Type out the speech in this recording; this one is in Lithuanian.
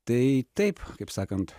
tai taip kaip sakant